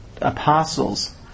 apostles